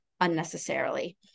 unnecessarily